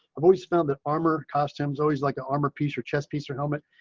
i've always found that armor costumes always like an armor piece or chest piece or helmet.